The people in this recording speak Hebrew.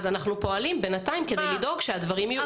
אז אנחנו פועלים בינתיים כדי לדאוג שהדברים יהיו.